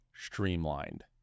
streamlined